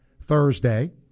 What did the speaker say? Thursday